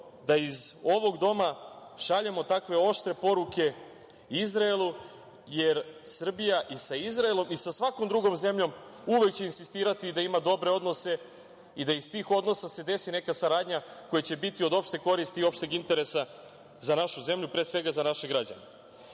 da iz ovog doma šaljemo takve oštre poruke Izraelu, jer Srbija i sa Izraelom i sa svakom drugom zemljom uvek će insistirati da ima dobre odnose i da iz tih odnosa se desi neka saradnja koja će biti od opšte koristi i od opšteg interesa za našu zemlju, pre svega za naše građane. Što